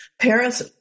parents